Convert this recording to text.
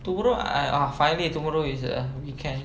tomorrow I uh finally tomorrow is a weekend